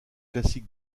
classiques